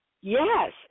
Yes